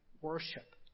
worship